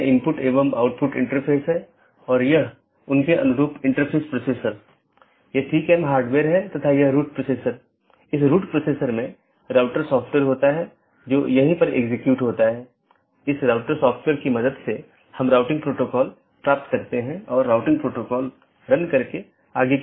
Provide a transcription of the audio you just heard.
जैसे मैं कहता हूं कि मुझे वीडियो स्ट्रीमिंग का ट्रैफ़िक मिलता है या किसी विशेष प्रकार का ट्रैफ़िक मिलता है तो इसे किसी विशेष पथ के माध्यम से कॉन्फ़िगर या चैनल किया जाना चाहिए